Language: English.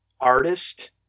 artist